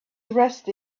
dressed